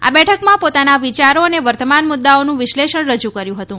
આ બેઠકમાં પોતાના વિયારો અને વર્તમાન મુદ્દાઓનું વિશ્લેષણ રજૂ કર્યું હતું